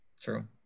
True